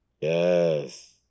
Yes